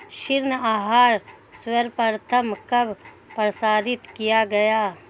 ऋण आहार सर्वप्रथम कब प्रसारित किया गया?